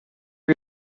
you